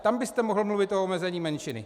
Tam byste mohl mluvit o omezení menšiny.